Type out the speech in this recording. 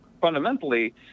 fundamentally